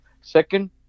second